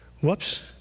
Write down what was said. Whoops